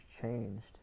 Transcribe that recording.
changed